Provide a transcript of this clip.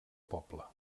poble